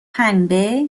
پنبه